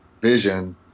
Vision